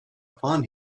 upon